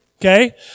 Okay